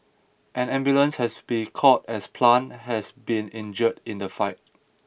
an ambulance has been called as Plant has been injured in the fight